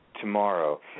tomorrow